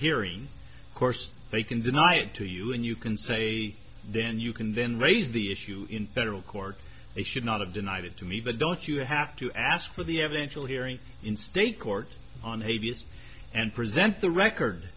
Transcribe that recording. hearing course they can deny it to you and you can say then you can then raise the issue in federal court they should not have denied it to me but don't you have to ask for the evidential hearing in state court on a v s and present the record